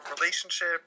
relationship